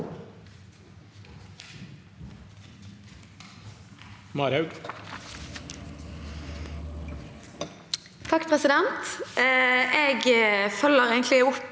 Jeg følger opp